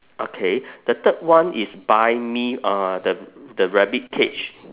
okay the third one is buy me uh the the rabbit cage